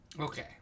Okay